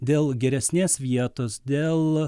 dėl geresnės vietos dėl